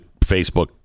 Facebook